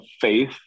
faith